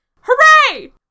Hooray